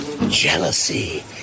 jealousy